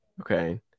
Okay